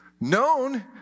known